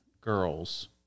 girls